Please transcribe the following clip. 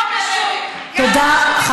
אני לא